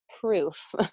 proof